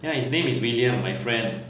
then his name is william my friend